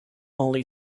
only